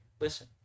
listen